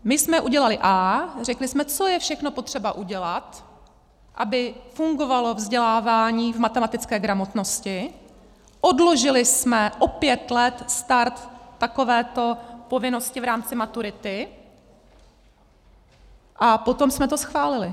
My jsme udělali A, řekli jsme, co je všechno potřeba udělat, aby fungovalo vzdělávání v matematické gramotnosti, odložili jsme o pět let start takovéto povinnosti v rámci maturity, a potom jsme to schválili.